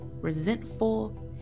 resentful